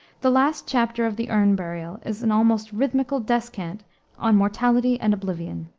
the last chapter of the urn burial is an almost rithmical descant on mortality and oblivion.